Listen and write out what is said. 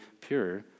pure